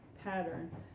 pattern